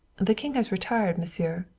the king has retired, monsieur.